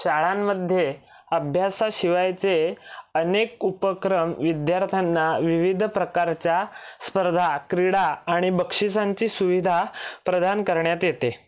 शाळांमध्ये अभ्यासाशिवायचे अनेक उपक्रम विद्यार्थ्यांना विविध प्रकारच्या स्पर्धा क्रीडा आणि बक्षिसांची सुविधा प्रदान करण्यात येते